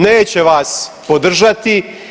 Neće vas podržati.